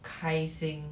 开心